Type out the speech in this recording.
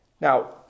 Now